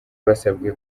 basabwe